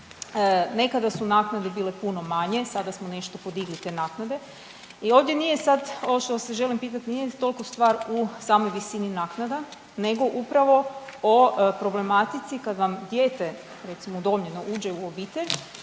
Nekada su naknade bile puno manje, sada smo nešto podigli te naknade i ovdje nije sad, ono što vas želim pitati, nije toliko stvar u svoj visini naknada, nego upravo o problematici kad vam dijete, recimo, udomljeno, uđe u obitelj,